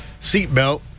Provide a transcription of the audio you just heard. seatbelt